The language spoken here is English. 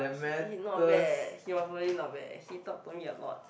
he he not bad eh he was really not bad he talk to me a lot